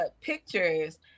pictures